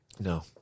No